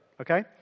okay